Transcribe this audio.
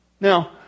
Now